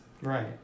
Right